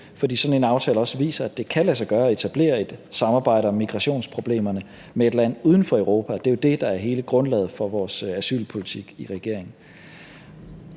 fordi sådan en aftale også viser, at det kan lade sig gøre at etablere et samarbejde om migrationsproblemerne med et land uden for Europa, og det er jo det, der er hele grundlaget for vores asylpolitik i regeringen.